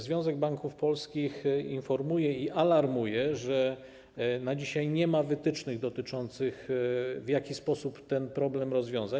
Związek Banków Polskich informuje i alarmuje, że na dzisiaj nie ma wytycznych dotyczących tego, w jaki sposób ten problem rozwiązać.